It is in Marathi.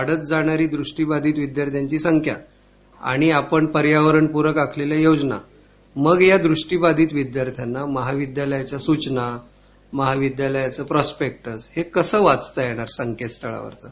वाढत जाणारी दृष्टीबाधित विद्यार्थ्यांची संख्या आणि आपण पर्यावरणपूरक आखलेल्या योजना मग या दृष्टीबाधित विद्यार्थ्यांना महाविद्यालयीन सूचना महाविद्यालयाचं प्रॉस्पेक्टस हे कसं वचता येणार संकेतस्थळावरचं